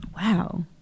wow